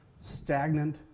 stagnant